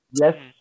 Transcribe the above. Yes